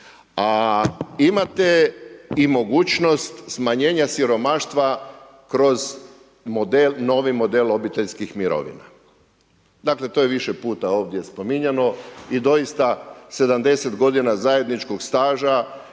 a imate i mogućnost smanjenja siromaštva kroz model, novi model obiteljskih mirovina. Dakle to je više puta ovdje spominjano i doista 70 godina zajedničkog staža